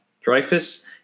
Dreyfus